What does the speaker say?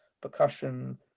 percussion